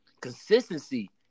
consistency